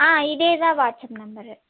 ஆ இதே தான் WhatsApp number